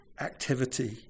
activity